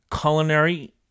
culinary